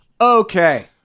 Okay